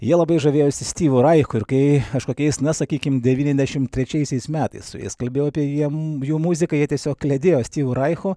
jie labai žavėjosi stivo raiku ir kai kažkokiais na sakykim devyniasdešimt trečiaisiais metais su jais kalbėjau apie jiem jų muziką jie tiesiog kliedėjo stivu raihu